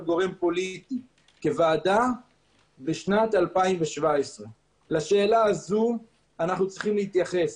גרם פוליטי בשנת 2017. לשאלה הזו עלינו להתייחס.